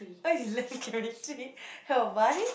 why you looking at me why